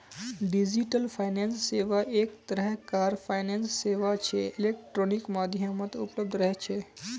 digital finance सेवा एक तरह कार फाइनेंस सेवा छे इलेक्ट्रॉनिक माध्यमत उपलब्ध रह छे